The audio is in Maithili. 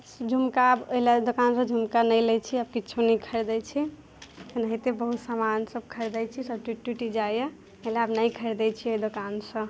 झुमका ओहि लए ओहि दोकानसँ आब झुमका नहि लैत छी आब किछो नहि खरीदै छी एनाहिते बहुत सामान सभ खरीदै छी सभ टूटि टूटि जाइए एहि लए आब नहि खरीदै छियै ओहि दोकानसँ